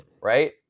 right